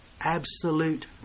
absolute